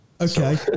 Okay